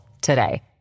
today